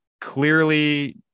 Clearly